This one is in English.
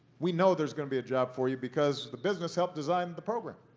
we know there's going to be a job for you because the business helped design the program.